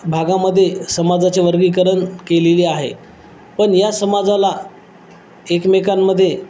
भागामध्ये समाजाचे वर्गीकरण केलेले आहे पण या समाजाला एकमेकांमध्ये